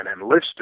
enlisted